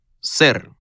ser